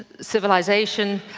civilisation,